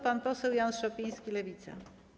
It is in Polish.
Pan poseł Jan Szopiński, Lewica.